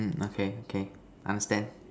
mm okay okay understand